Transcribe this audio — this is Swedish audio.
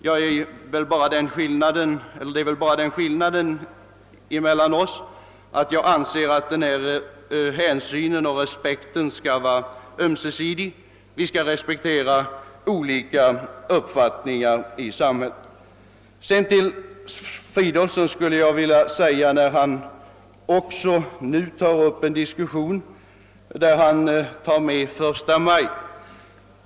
Det är väl bara den skillnaden mellan oss att jag anser att hänsynen och respekten skall vara ömsesidiga. Vi skall respektera olika uppfattningar i samhället. Herr Fridolfsson i Stockholm tog vidare upp en jämförelse med förstamajfirandet.